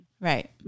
right